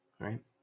Right